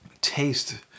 taste